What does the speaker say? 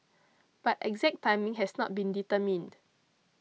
but exact timing has not been determined